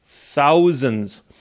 thousands